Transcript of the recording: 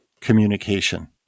communication